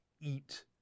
eat